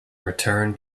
return